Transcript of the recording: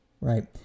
right